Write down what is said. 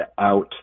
out